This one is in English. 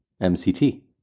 MCT